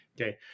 Okay